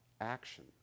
action